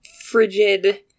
frigid